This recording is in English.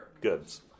goods